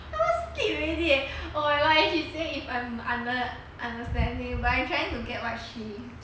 I want sleep already eh oh my god and she say if I am understanding but I trying to get what she